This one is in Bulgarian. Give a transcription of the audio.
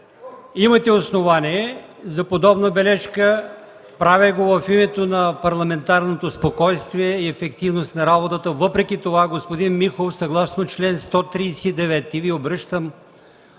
Имате основание за подобна бележка. Правя го в името на парламентарното спокойствие и ефективност на работата. Въпреки това, господин Михов, съгласно чл. 139 Ви обръщам